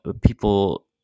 people